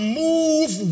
move